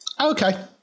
Okay